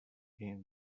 him